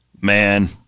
Man